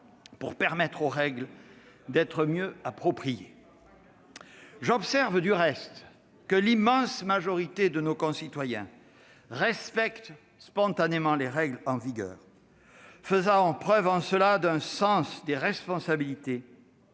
pour permettre aux règles d'être mieux appropriées. J'observe du reste que l'immense majorité de nos concitoyens respecte spontanément les règles en vigueur, faisant preuve en cela d'un sens des responsabilités